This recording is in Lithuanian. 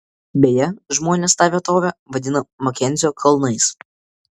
beje žmonės tą vietovę vadina makenzio kalnais